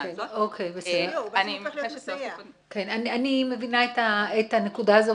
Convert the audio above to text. אני מבינה את הנקודה הזו,